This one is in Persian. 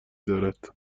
دارد